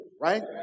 right